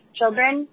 children